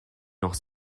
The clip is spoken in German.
noch